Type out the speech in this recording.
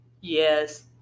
Yes